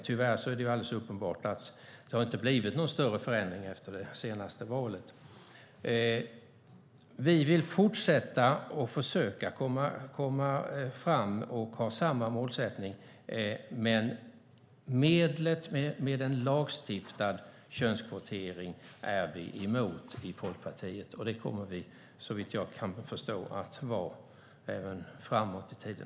Tyvärr är det alldeles uppenbart att det inte blivit någon större förändring efter det senaste valet. Vi vill fortsätta att försöka komma fram och har samma målsättning, men medlet med en lagstiftad könskvotering är vi emot i Folkpartiet, och det kommer vi såvitt jag kan förstå att vara även framåt i tiden.